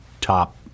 top